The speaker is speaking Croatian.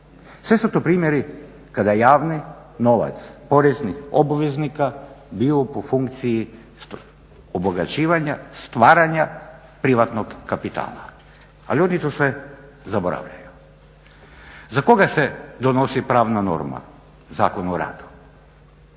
Sve su to primjeri kada javni novac poreznih obveznika bio po funkciji obogaćivanja, stvaranja privatnog kapitala. Ali oni to sve zaboravljaju. Za koga se donosi pravna norma, Zakon o radu?